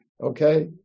okay